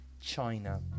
China